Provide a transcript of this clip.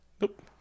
Nope